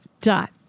Dot